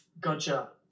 Gotcha